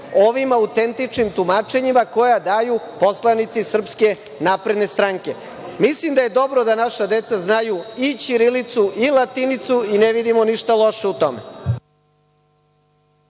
ovim autentičnim tumačenjima koja daju poslanici SNS.Mislim da je dobro da naša deca znaju i ćirilicu i latinicu, i ne vidimo ništa loše u tome.